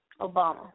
Obama